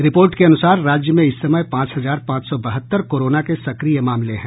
report के अनुसार राज्य में इस समय पांच हजार पांच सौ बहत्तर कोरोना के सक्रिय मामले हैं